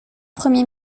premier